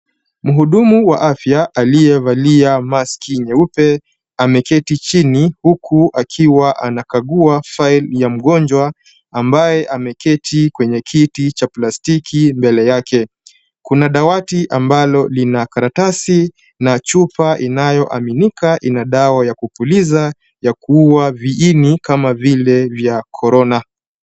Muhudumu wa afya aliyevalia maski nyeupe ameketi chini huku akiwa anakagua file ya mgonjwa ambaye ameketi kwenye kiti cha plastiki mbele yake. Kuna dawati ambalo lina karatasi na chupa inayo aminika ina dawa ya kutuliza ya kuua viini kama vile vya korona.